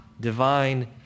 divine